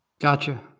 Gotcha